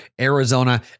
Arizona